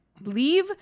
leave